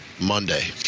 Monday